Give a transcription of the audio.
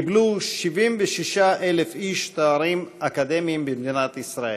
קיבלו 76,000 איש תארים אקדמיים במדינת ישראל.